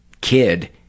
kid